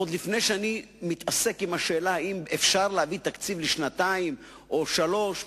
עוד לפני שאני מתעסק בשאלה אם אפשר להביא תקציב לשנתיים או שלוש שנים,